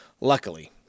Luckily